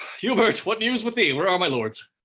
hubert, what news with thee where are my lords?